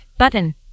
button